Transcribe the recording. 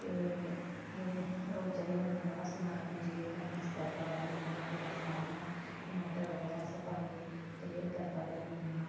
ते जेह्ड़े रोजै ई होंदे न ओह् अस नार्मल जीरे कन्नै अस तड़का पाई ओड़ने आं प्याज पान्ने आं टमाटर बगैरा अस पाइयै ते तड़का करी ओड़ने आं